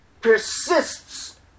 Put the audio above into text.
persists